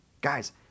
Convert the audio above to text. Guys